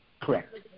Correct